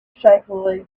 shakily